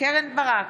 קרן ברק,